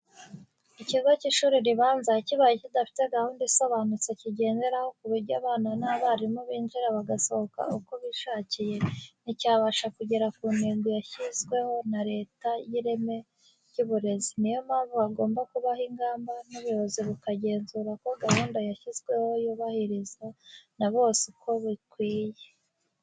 Ikigo cy'ishuri ribanza kibaye kidafite gahunda isobanutse kigenderaho ku buryo abana n'abarimu binjira bagasohoka uko bishakiye, nticyabasha kugera ku ntego yashyizweho na leta y'ireme ry'uburezi, ni yo mpamvu hagomba kubaho ingamba, n'ubuyobozi bukagenzura ko gahunda yashyizweho yubahirizwa na bose, uko bikwiye.